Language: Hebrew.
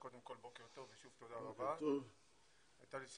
קצת מתחמקת